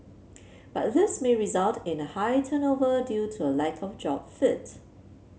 but this may result in a high turnover due to a lack of job fit